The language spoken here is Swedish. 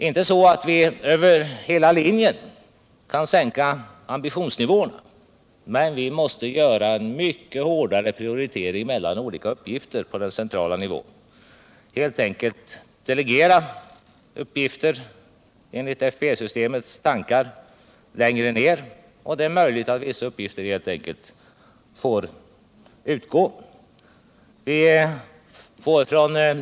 Inte så att vi över hela linjen kan sänka ambitionsnivåerna, men vi måste göra mycket hårda prioriteringar mellan olika uppgifter på den centrala nivån och delegera uppgifter enligt FPE-systemets tankar längre ner. Det är möjligt att vissa uppgifter helt enkelt får utgå.